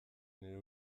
nire